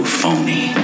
phony